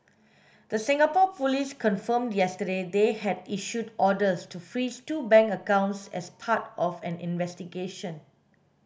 the Singapore police confirmed yesterday they had issued orders to freeze two bank accounts as part of an investigation